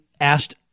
asked